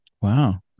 Wow